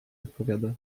odpowiada